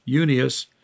unius